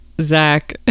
zach